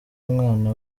mwana